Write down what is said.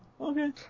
Okay